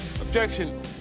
Objection